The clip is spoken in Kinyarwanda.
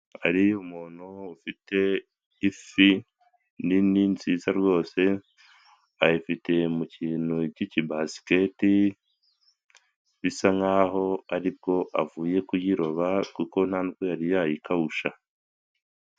Hari umuntu ufite ifi nini nziza rwose, ayifiteti mu kintu cy'ikibasiketi, bisa nkaho aribwo avuye kuyiroba kuko nta nubwo yari yayikawusha.